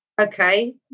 Okay